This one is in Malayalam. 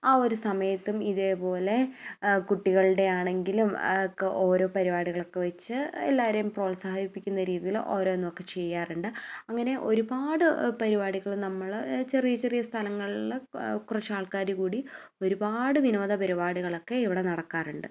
ആ ഒരു സമയത്തും ഇതേപോലെ കുട്ടികളുടെയാണെങ്കിലും ഓരോ പരിപാടികളൊക്കെ വെച്ച് എല്ലാവരെയും പ്രോത്സാഹിപ്പിക്കുന്ന രീതിയിൽ ഓരോന്നൊക്കെ ചെയ്യാറുണ്ട് അങ്ങനെ ഒരുപാട് പരിപാടികൾ നമ്മൾ ചെറിയ ചെറിയ സ്ഥലങ്ങളിൽ കുറച്ച് ആൾക്കാർ കൂടി ഒരുപാട് വിനോദ പരിപാടികളൊക്കെ ഇവിടെ നടക്കാറുണ്ട്